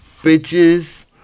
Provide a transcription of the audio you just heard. bitches